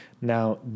Now